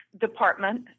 department